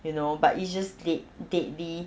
you know but it's just dead~ deadly